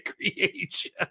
creation